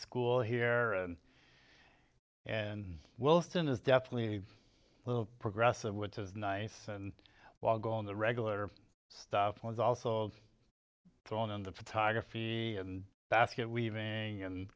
school here and and wilson is definitely a little progressive which is nice and while go on the regular stuff was also thrown into photography and basket weaving and